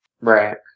Right